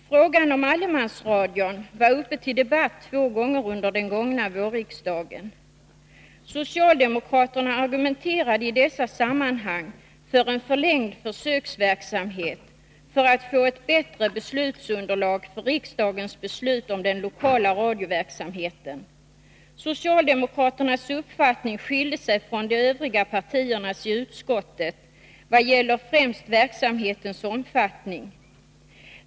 Frågan om allemansradion var uppe till debatt två gånger under den gångna vårriksdagen. Socialdemokraterna argumenterade i dessa sammanhang för en förlängd försöksverksamhet för att få ett bättre beslutsunderlag för riksdagens beslut om den lokala radioverksamheten. Socialdemokraternas uppfattning skilde sig från de övriga partiernas i utskottet vad gäller främst verksamhetens omfattning.